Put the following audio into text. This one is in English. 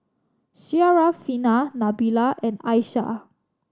Syarafina Nabila and Aishah